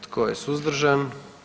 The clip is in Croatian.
Tko je suzdržan?